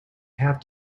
have